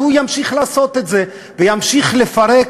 אז הוא ימשיך לעשות את זה וימשיך לפרק